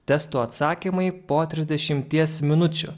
testų atsakymai po trisdešimties minučių